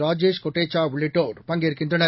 ராஜேஷ் கொட்டேச்சா உள்ளிட்டோர் பங்கேற்கின்றனர்